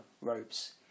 ropes